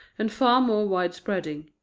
and far more wide-spreading.